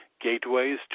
Gateways